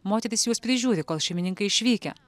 moteris juos prižiūri kol šeimininkai išvykę